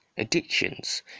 addictions